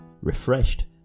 refreshed